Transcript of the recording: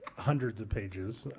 hundreds of pages